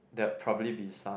that probably be some